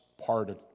pardon